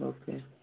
okay